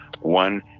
one